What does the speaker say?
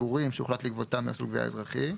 פיגורים שהוחלט לגבותם במסלול גבייה אזרחי".